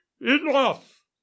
enough